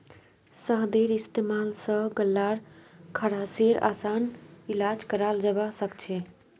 शहदेर इस्तेमाल स गल्लार खराशेर असान इलाज कराल जबा सखछे